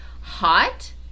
hot